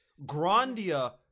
Grandia